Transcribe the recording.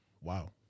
Wow